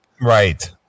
right